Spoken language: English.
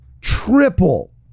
triple